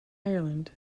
ireland